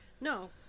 No